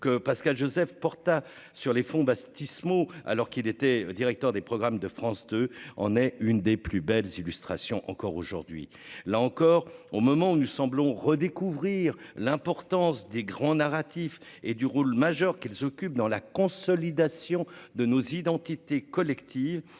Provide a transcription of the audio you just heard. que Pascal Josèphe porta sur les fonds baptismaux alors qu'il était directeur des programmes de France 2 en est une des plus belles illustrations, encore aujourd'hui, là encore, au moment où nous semblons redécouvrir l'importance des grands narratif et du rôle majeur qu'ils occupent dans la consolidation de nos identités collectives,